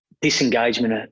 disengagement